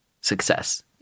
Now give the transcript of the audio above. success